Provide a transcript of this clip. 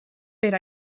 per